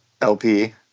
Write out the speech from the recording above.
LP